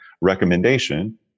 recommendation